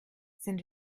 sind